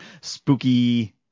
spooky